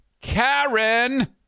Karen